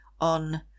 on